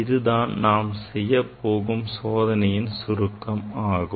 இதுதான் நாம் செய்யப்போகும் சோதனையின் சுருக்கமாகும்